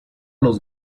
los